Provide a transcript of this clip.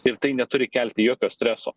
ir tai neturi kelti jokio streso